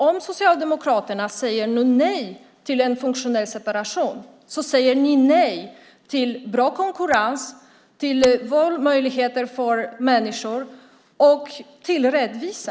Om ni socialdemokrater säger nej till en funktionell separation säger ni nej till bra konkurrens, till valmöjligheter för människor och till rättvisa.